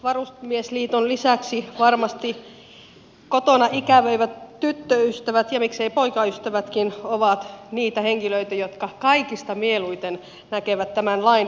varusmiesliiton lisäksi varmasti kotona ikävöivät tyttöystävät ja miksei poikaystävätkin ovat niitä henkilöitä jotka kaikista mieluiten näkevät tämän lain voimaantulon